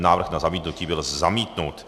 Návrh na zamítnutí byl zamítnut.